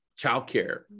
childcare